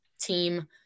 team